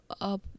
up